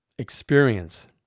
experience